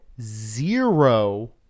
zero